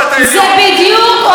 חוזרים על זה כל שבוע.